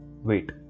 wait